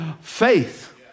faith